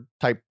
type